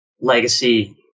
legacy